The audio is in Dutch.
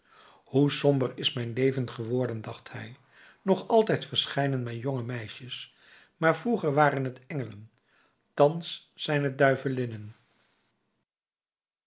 hoe somber is mijn leven geworden dacht hij nog altijd verschijnen mij jonge meisjes maar vroeger waren t engelen thans zijn t